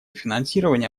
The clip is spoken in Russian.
финансирования